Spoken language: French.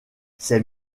ses